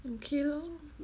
okay lor